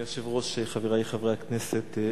אדוני היושב-ראש, חברי חברי הכנסת,